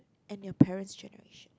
and your parents' generation